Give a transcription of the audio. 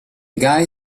guy